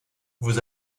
vous